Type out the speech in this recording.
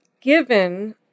given